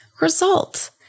result